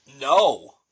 No